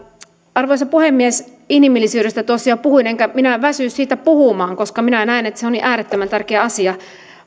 arvoisa puhemies inhimillisyydestä tuossa jo puhuin enkä minä väsy siitä puhumaan koska minä näen että se on niin äärettömän tärkeä asia